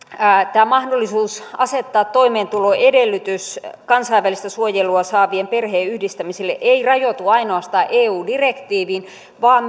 tämä mahdollisuus asettaa toimeentuloedellytys kansainvälistä suojelua saavien perheenyhdistämiselle ei rajoitu ainoastaan eu direktiiviin vaan